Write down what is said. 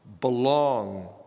belong